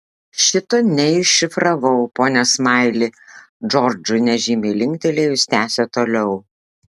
šito neiššifravau pone smaili džordžui nežymiai linktelėjus tęsė toliau